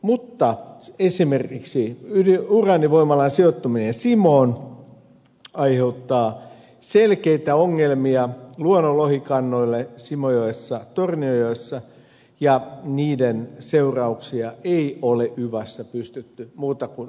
mutta esimerkiksi uraanivoimalan sijoittuminen simoon aiheuttaa selkeitä ongelmia luonnon lohikannoille simojoessa tornionjoessa ja niiden seurauksia ei ole yvassa pystytty muuta kuin aprikoimaan